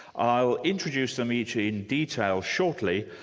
i'll introduce them each in detail shortly,